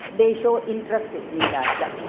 they show interest in that